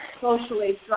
socially